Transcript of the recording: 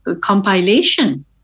compilation